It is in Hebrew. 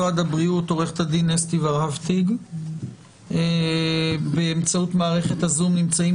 עורכת הדין אסתי ורהפטיג ממשרד הבריאות ובאמצעות מערכת ה-זום נמצאים